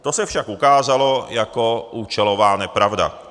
To se však ukázalo jako účelová nepravda.